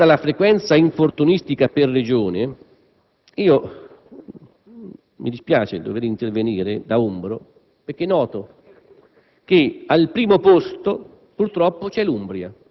Questa è una storica perdita di occupazione nel settore dell'agricoltura, che ormai è da anni in calo.